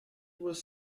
was